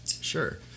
Sure